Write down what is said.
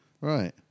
Right